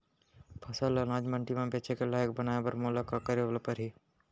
फसल ल अनाज मंडी म बेचे के लायक बनाय बर मोला का करे ल परही?